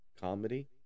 comedy